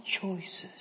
choices